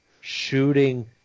shooting